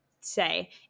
say